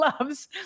loves